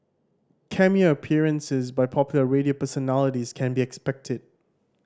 cameo appearances by popular radio personalities can be expected